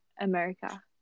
America